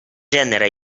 gènere